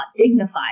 dignified